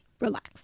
Relax